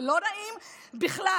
זה לא נעים בכלל.